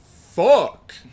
fuck